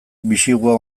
bisigua